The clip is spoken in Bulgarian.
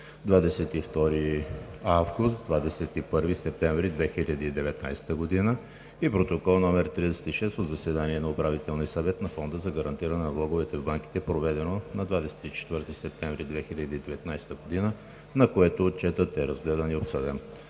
22 август – 21 септември 2019 г. и Протокол № 36 от заседание на Управителния съвет на Фонда за гарантиране на влоговете в банките, проведено на 24 септември 2019 г., на което Отчетът е разгледан и обсъден.